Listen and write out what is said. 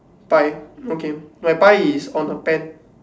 pie okay my pie is on the pan